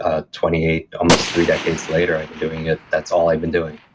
ah twenty eight almost three decades later i've been doing it, that's all i've been doing